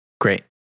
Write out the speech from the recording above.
Great